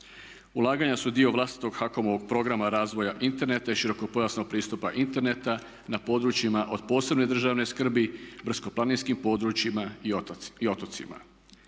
Ulaganja su dio vlastitog HAKOM-ovog programa razvoja interneta i širokopojasnog pristupa interneta na područjima od posebne državne skrbi, brdsko-planinskim područjima i otocima.